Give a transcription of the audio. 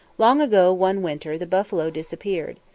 long ago, one winter, the buffalo disappeared.